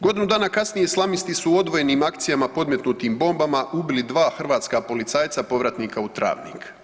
Godinu dana kasnije islamisti su odvojenim akcijama podmetnutim bombama ubili dva hrvatska policajca povratnika u Travnik.